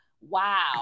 Wow